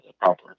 proper